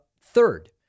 Third